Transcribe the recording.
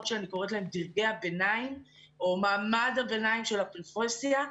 שאני קוראת להם דרגי הביניים או מעמד הביניים של הפרופסיה.